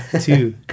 two